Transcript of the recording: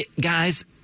guys